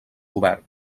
govern